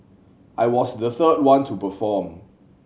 I was the third one to perform